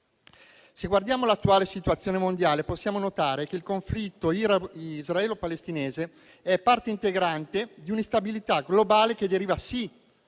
Se guardiamo l'attuale situazione mondiale, possiamo notare che il conflitto israelo-palestinese è parte integrante di un'instabilità globale, che deriva, sì,